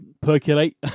percolate